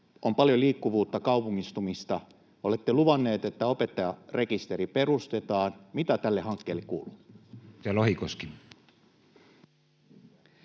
on paljon liikkuvuutta, kaupungistumista. Olette luvannut, että opettajarekisteri perustetaan. Mitä tälle hankkeelle kuuluu? [Speech